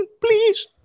please